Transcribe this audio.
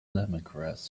lemongrass